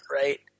right